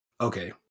Okay